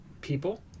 people